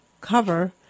cover